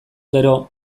gero